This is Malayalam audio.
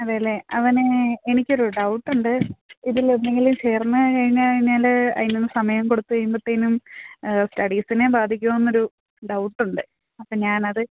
അതെയല്ലെ അവനെ എനിക്കൊരു ഡൗട്ട് ഉണ്ട് ഇതിൽ എന്തെങ്കിലും ചേർന്ന് കഴിഞ്ഞാല് അതിനൊന്ന് സമയം കൊടുത്തുകഴിയുമ്പോഴത്തേക്കും സ്റ്റഡീസിനെ ബാധിക്കുമോയെന്നൊരു ഡൗട്ടുണ്ട് അപ്പോള് ഞാനത്